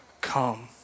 come